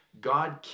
God